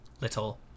little